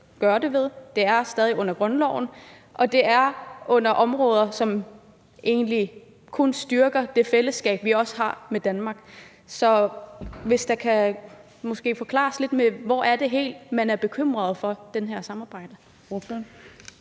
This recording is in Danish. har det, det er stadig i henhold til grundloven, og det er på områder, som egentlig kun styrker det fællesskab, som vi også har med Danmark. Så hvis ordføreren måske kunne forklare lidt, hvor man er bekymret for det her samarbejde.